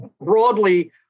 Broadly